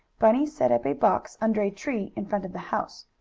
bunny set up a box under a tree in front of the house,